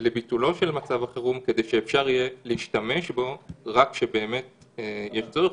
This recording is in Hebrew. לביטולו של מצב החירום כדי שאפשר יהיה להשתמש בו רק כשבאמת יהיה צורך,